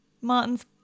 Martin's